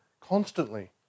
constantly